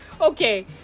okay